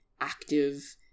active